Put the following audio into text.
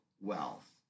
wealth